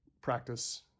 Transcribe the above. practice